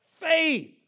faith